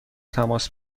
تماس